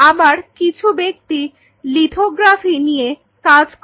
আবার কিছু ব্যক্তি লিথোগ্রাফি নিয়ে কাজ করে